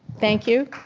thank you.